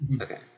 Okay